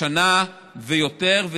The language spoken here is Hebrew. ואחרי זה